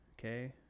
Okay